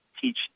teach